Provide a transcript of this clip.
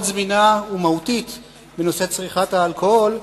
זמינה ומהותית בנושא צריכת האלכוהול.